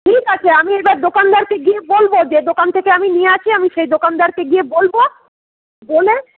ঠিক আছে আমি এইবার দোকানদারকে গিয়ে বলবো যে দোকান থেকে আমি নিয়ে আসি আমি সেই দোকানদারকে গিয়ে বলবো বলে